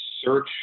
search